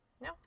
No